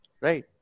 right